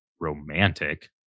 romantic